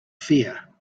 fear